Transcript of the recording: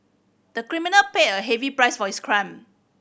the criminal paid a heavy price for his crime